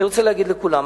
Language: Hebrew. אני רוצה להגיד לכולם,